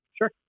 Sure